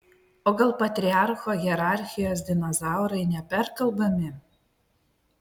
o gal patriarcho hierarchijos dinozaurai neperkalbami